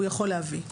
הוא יכול להביא.